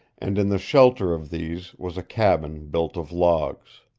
and in the shelter of these was a cabin built of logs.